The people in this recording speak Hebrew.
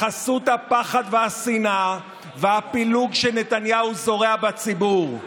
בחסות הפחד והשנאה והפילוג שנתניהו זורע בציבור.